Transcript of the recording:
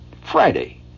Friday